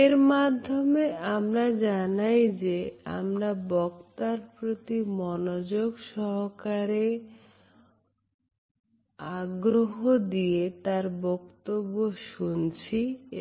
এর মাধ্যমে আমরা জানাই যে আমরা বক্তার প্রতি মনোযোগ সহকারে আগ্রহ দিয়ে তার বক্তব্য শুনছি